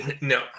No